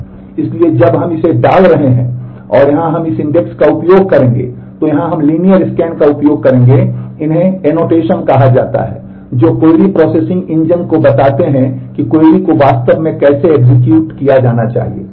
इसलिए जब हम इसे डाल रहे हैं और यहां हम इस इंडेक्स का उपयोग करेंगे तो यहां हम लीनियर स्कैन का उपयोग करेंगे इन्हें एनोटेशन किया जाना चाहिए